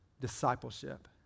discipleship